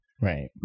right